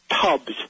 tubs